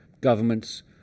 Governments